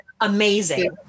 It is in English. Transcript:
amazing